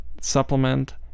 supplement